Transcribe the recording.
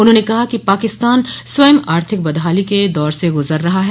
उन्होंने कहा कि पाकिस्तान स्वयं आर्थिक बदहाली के दौर से गुजर रहा है